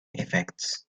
effects